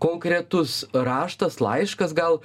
konkretus raštas laiškas gal